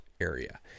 area